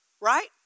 right